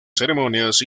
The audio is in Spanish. ceremonias